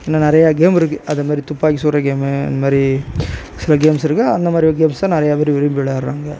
இன்னும் நிறையா கேம் இருக்கு அத மாரி துப்பாக்கி சுடுற கேமு இந்த மாரி சில கேம்ஸ் இருக்கு அந்த மாரி கேம்ஸ் தான் நிறையா பேர் விரும்பி விளையாடுறாங்க